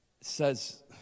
says